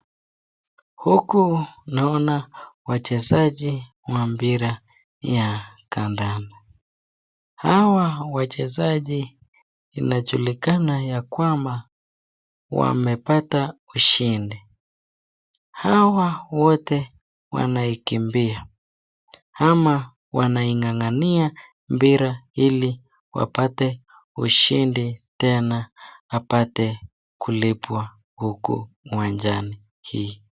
Huku naona wachezaji wa mpira ya kandanda hawa wachezaji inajulikana ya kwamba wamepata ushindi, hawa wote wanaikimbia ama waingangania mpira ili wapate ushindi tena apate kulipwa huku mwanjani hii.